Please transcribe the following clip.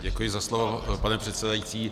Děkuji za slovo, pane předsedající.